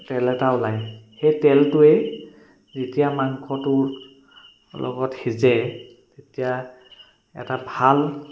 তেল এটা ওলায় সেই তেলটোৱে যেতিয়া মাংসটোৰ লগত সিজে তেতিয়া এটা ভাল